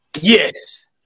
Yes